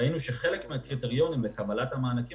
ראינו שחלק מהקריטריונים לקבלת המענקים